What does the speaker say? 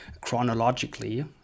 chronologically